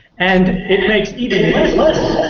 and it makes even less